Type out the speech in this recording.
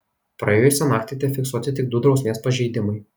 praėjusią naktį tefiksuoti tik du drausmės pažeidimai